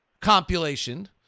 compilation